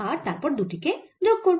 আর তারপর দুটি কে যোগ করব